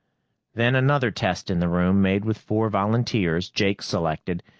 then another test in the room, made with four volunteers jake selected,